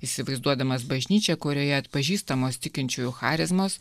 įsivaizduodamas bažnyčią kurioje atpažįstamos tikinčiųjų charizmos